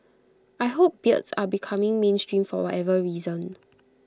I hope beards are becoming mainstream for whatever reason